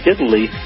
Italy